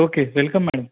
okay welcome madam